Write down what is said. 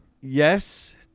yes